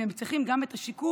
והם צריכים גם את השיקום,